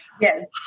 Yes